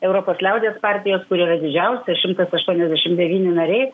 europos liaudies partijos kuri yra didžiausia šimtas aštuoniasdešim devyni nariai